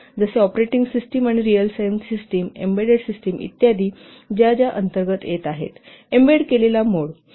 जसे operating system आणि real time system embedded system इत्यादि ज्या एम्बेडेड मोड अंतर्गत येत आहेत